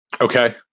Okay